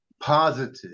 positive